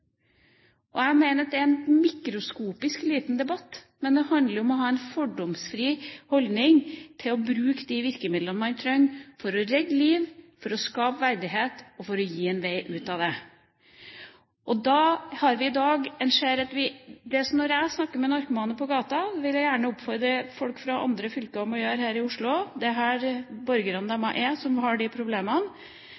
Jeg mener at det er en mikroskopisk liten debatt, men det handler om å ha en fordomsfri holdning til å bruke de virkemidlene man trenger for å redde liv, for å skape verdighet og for å gi en vei ut av det. Sånn som jeg snakker med narkomane på gata, vil jeg gjerne oppfordre folk fra andre fylker til å gjøre her i Oslo også. Det er her borgerne